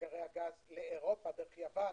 ממאגרי הגז לאירופה דרך יוון,